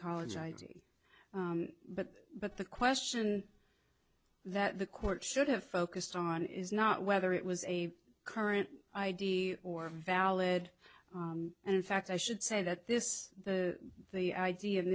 college id but but the question that the court should have focused on is not whether it was a current id or a valid and in fact i should say that this the the idea in